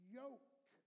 yoke